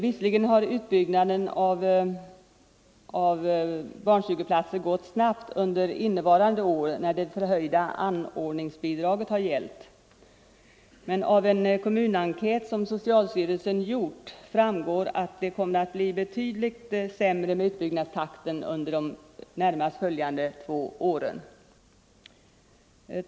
Visserligen har utbyggnaden av barnstugeplatser gått snabbt under innevarande år när det förhöjda anordningsbidraget har gällt. Men av en kommunenkät som socialstyrelsen gjort framgår att det kommer att bli betydligt sämre med utbyggnadstakten under de närmaste två åren.